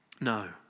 No